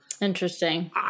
Interesting